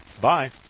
Bye